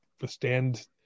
withstand